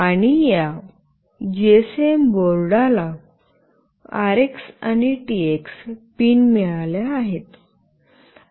आणि या जीएसएम बोर्डाला आरएक्स आणि टीएक्स पिन मिळाल्या आहेत